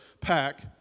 pack